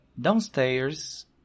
Downstairs